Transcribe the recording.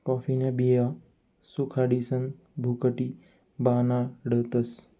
कॉफीन्या बिया सुखाडीसन भुकटी बनाडतस